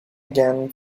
again